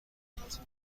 بودند